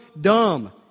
dumb